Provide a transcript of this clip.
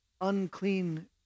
unclean